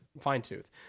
Fine-tooth